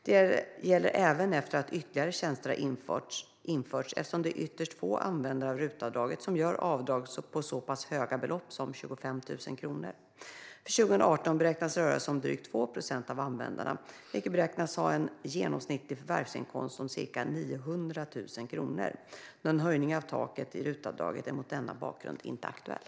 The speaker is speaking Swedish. Detta gäller även efter att ytterligare tjänster har införts eftersom det är ytterst få användare av RUT-avdraget som gör avdrag för så pass höga belopp som 25 000 kronor. För 2018 beräknas det röra sig om drygt 2 procent av användarna, vilka beräknas ha en genomsnittlig årlig förvärvsinkomst om ca 900 000 kronor. Någon höjning av taket i RUT-avdraget är mot denna bakgrund inte aktuell.